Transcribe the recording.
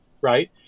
right